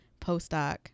postdoc